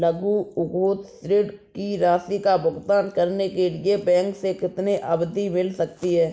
लघु उद्योग ऋण की राशि का भुगतान करने के लिए बैंक से कितनी अवधि मिल सकती है?